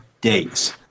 days